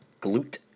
glute